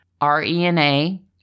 R-E-N-A